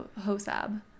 HOSAB